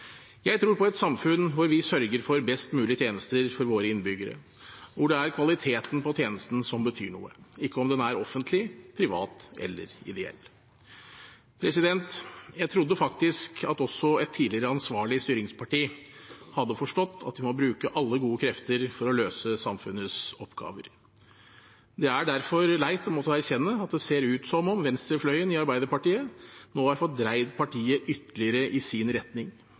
Jeg tror på et samfunn hvor vi sørger for best mulige tjenester for våre innbyggere, og hvor det er kvaliteten på tjenesten som betyr noe, ikke om den er offentlig, privat eller ideell. Jeg trodde faktisk at også et tidligere ansvarlig styringsparti hadde forstått at vi må bruke alle gode krefter for å løse samfunnets oppgaver. Det er derfor leit å måtte erkjenne at det ser ut som om venstrefløyen i Arbeiderpartiet nå har fått dreid partiet ytterligere i sin retning